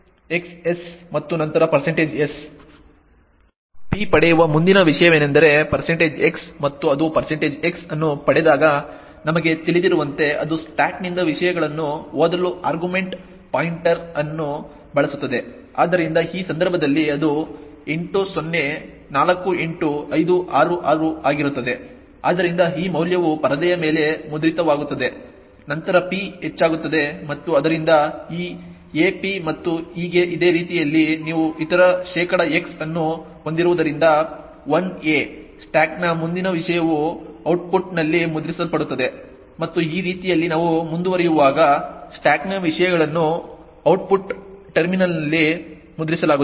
p ಪಡೆಯುವ ಮುಂದಿನ ವಿಷಯವೆಂದರೆ x ಮತ್ತು ಅದು x ಅನ್ನು ಪಡೆದಾಗ ನಮಗೆ ತಿಳಿದಿರುವಂತೆ ಅದು ಸ್ಟಾಕ್ನಿಂದ ವಿಷಯಗಳನ್ನು ಓದಲು ಆರ್ಗ್ಯುಮೆಂಟ್ ಪಾಯಿಂಟರ್ ಅನ್ನು ಬಳಸುತ್ತದೆ ಆದ್ದರಿಂದ ಈ ಸಂದರ್ಭದಲ್ಲಿ ಅದು 8048566 ಆಗಿರುತ್ತದೆ ಆದ್ದರಿಂದ ಈ ಮೌಲ್ಯವು ಪರದೆಯ ಮೇಲೆ ಮುದ್ರಿತವಾಗುತ್ತದೆ ನಂತರ p ಹೆಚ್ಚಾಗುತ್ತದೆ ಮತ್ತು ಆದ್ದರಿಂದ ಈ ap ಮತ್ತು ಹೀಗೆ ಇದೇ ರೀತಿಯಲ್ಲಿ ನೀವು ಇತರ ಶೇಕಡಾ x ಅನ್ನು ಹೊಂದಿರುವುದರಿಂದ 1a ಸ್ಟಾಕ್ನ ಮುಂದಿನ ವಿಷಯವು ಔಟ್ಪುಟ್ನಲ್ಲಿ ಮುದ್ರಿಸಲ್ಪಡುತ್ತದೆ ಮತ್ತು ಈ ರೀತಿಯಲ್ಲಿ ನಾವು ಮುಂದುವರಿಯುವಾಗ ಸ್ಟಾಕ್ನ ವಿಷಯಗಳನ್ನು ಔಟ್ಪುಟ್ ಟರ್ಮಿನಲ್ನಲ್ಲಿ ಮುದ್ರಿಸಲಾಗುತ್ತದೆ